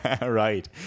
right